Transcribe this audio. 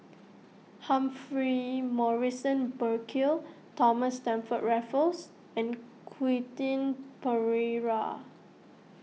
Humphrey Morrison Burkill Thomas Stamford Raffles and Quentin Pereira